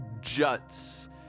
juts